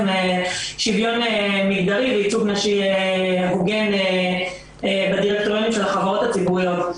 שוויון מגדרי וייצוג נשי הוגן בדירקטוריונים של החברות הציבוריות.